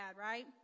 right